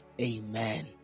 Amen